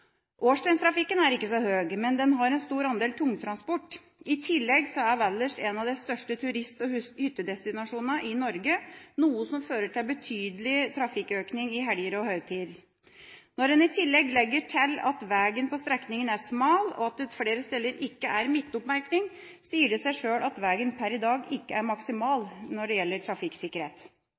Årsdøgntrafikken er ikke så høy, men veien har en stor andel tungtransport. I tillegg er Valdres en av de største turist- og hyttedestinasjonene i Norge, noe som fører til betydelig trafikkøkning i helger og høytider. Når en i tillegg legger til at veien på strekninga er smal, og at det flere steder ikke er midtoppmerking, sier det seg sjøl at veien per i dag ikke er maksimal når det gjelder trafikksikkerhet.